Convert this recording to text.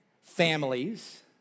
families